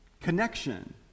connection